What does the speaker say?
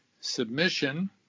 submission